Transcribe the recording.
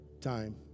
time